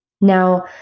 Now